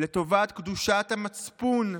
לטובת 'קדושת המצפון'